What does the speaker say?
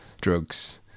drugs